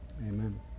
Amen